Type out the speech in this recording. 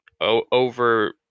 over